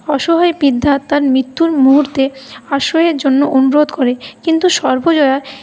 অসহায় বৃদ্ধা তার মৃত্যুর মুহূর্তে আশ্রয়ের জন্য অনুরোধ করে কিন্তু সর্বজয়া